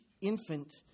infant